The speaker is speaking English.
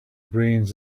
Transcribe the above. brains